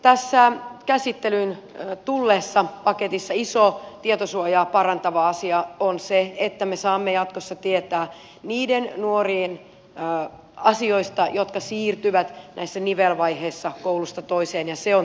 tässä käsittelyyn tulleessa paketissa iso tietosuojaa parantava asia on se että me saamme jatkossa tietää niiden nuorien asioista jotka siirtyvät näissä nivelvaiheissa koulusta toiseen ja se on tietenkin jo yksi merkittävä asia